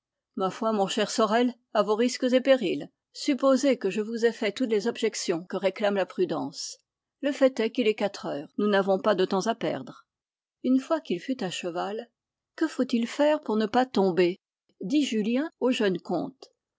ma foi mon cher sorel à vos risques et périls supposez que je vous ai fait toutes les objections que réclame la prudence le fait est qu'il est quatre heures nous n'avons pas de temps à perdre une fois qu'il fut à cheval que faut-il faire pour ne pas tomber dit julien au jeune comte